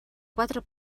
quatre